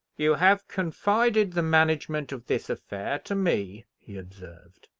you have confided the management of this affair to me, he observed,